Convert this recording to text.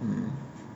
mm